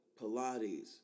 Pilates